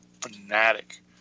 fanatic